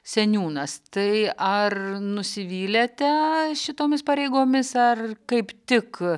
seniūnas tai ar nusivylėte šitomis pareigomis ar kaip tik